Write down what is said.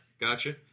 Gotcha